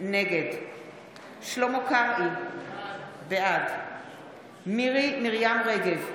נגד שלמה קרעי, בעד מירי מרים רגב,